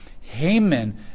Haman